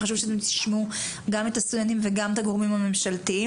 וחשוב שתשמעו גם את הסגלים וגם את הגורמים הממשלתיים.